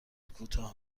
کوتاه